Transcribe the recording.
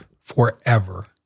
forever